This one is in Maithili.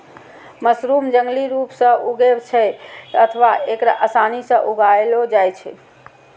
मशरूम जंगली रूप सं उगै छै अथवा एकरा आसानी सं उगाएलो जाइ छै